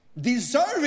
Deserving